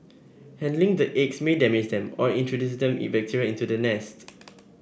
handling the eggs may damage them or introduce the bacteria into the nest